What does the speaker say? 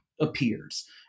appears